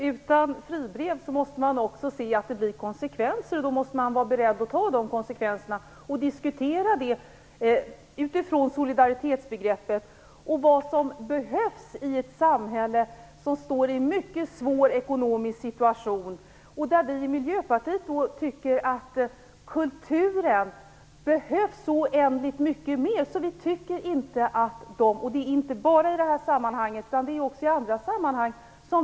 Herr talman! Man måste också se att det blir konsekvenser utan fribrev, och då måste man vara beredd att ta dessa konsekvenser och diskutera detta utifrån solidaritetsbegreppet. Man måste diskutera vad som behövs i ett samhälle som befinner sig i en mycket svår ekonomisk situation. Vi i Miljöpartiet tycker att kulturen behövs så oändligt mycket mer i en sådan situation. Det gäller inte bara i det här sammanhanget utan också i andra sammanhang.